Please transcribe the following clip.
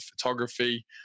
photography